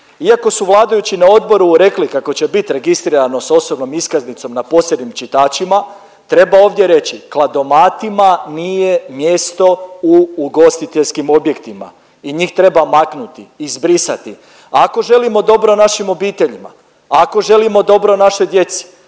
Iako su vladajući na odboru rekli kako će biti registrirano sa osobnom iskaznicom na posebnim čitačima treba ovdje reći kladomatima nije mjesto u ugostiteljskim objektima i njih treba maknuti, izbrisati. Ako želimo dobro našim obiteljima, ako želimo dobro našoj djeci,